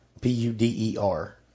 P-U-D-E-R